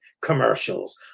commercials